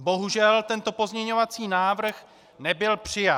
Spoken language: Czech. Bohužel tento pozměňovací návrh nebyl přijat.